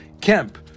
Kemp